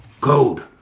code